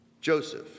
Joseph